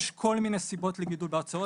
יש כל מיני סיבות לגידול בהוצאות.